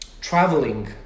traveling